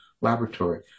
laboratory